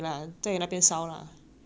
反正现在是七月 hor